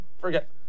Forget